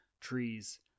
trees